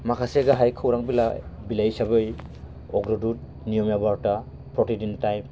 माखासे गाहाइ खौरांबिलाइ बिलाइ हिसाबै अग्रदुड नियमिया बार्टा प्रतिदिन टाइम